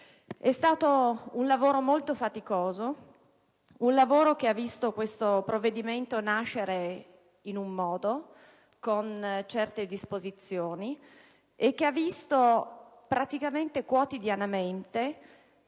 È stato un lavoro molto faticoso, un lavoro che ha visto questo provvedimento nascere in un modo, con certe disposizioni, ma quotidianamente